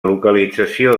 localització